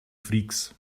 freaks